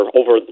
over